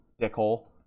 dickhole